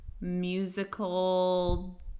musical